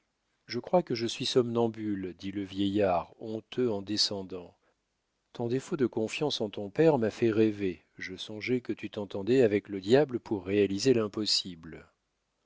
je crois que je suis somnambule dit le vieillard honteux en descendant ton défaut de confiance en ton père m'a fait rêver je songeais que tu t'entendais avec le diable pour réaliser l'impossible